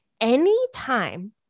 Anytime